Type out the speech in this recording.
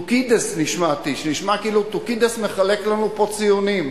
נשמע כאילו תוכידס מחלק לנו פה ציונים.